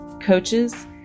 coaches